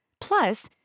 Plus